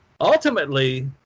Ultimately